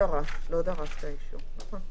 לא דרשת אישור.